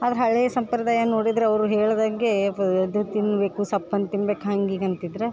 ಆದ್ರೆ ಹಳೆ ಸಂಪ್ರದಾಯ ನೋಡಿದ್ರೆ ಅವರು ಹೇಳಿದಂಗೆ ತಿನ್ನಬೇಕು ಸಪ್ಪನೆ ತಿನ್ಬೇಕು ಹಂಗೆ ಹೀಗೆ ಅಂತಿದ್ರು